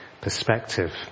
perspective